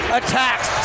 attacks